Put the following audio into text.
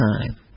time